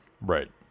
Right